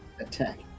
attack